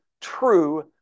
true